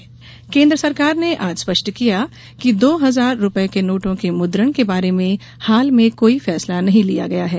note केन्द्र सरकार ने आज स्पष्ट किया कि दो हजार रूपए के नोटों के मुद्रण के बारे में हाल में कोई फैसला नहीं लिया गया है